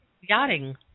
yachting